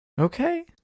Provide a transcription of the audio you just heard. Okay